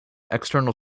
external